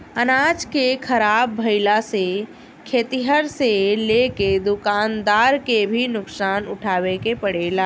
अनाज के ख़राब भईला से खेतिहर से लेके दूकानदार के भी नुकसान उठावे के पड़ेला